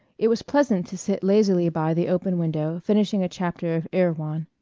it was pleasant to sit lazily by the open window finishing a chapter of erewhon.